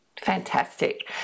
Fantastic